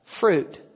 Fruit